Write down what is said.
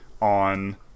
on